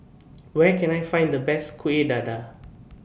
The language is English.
Where Can I Find The Best Kueh Dadar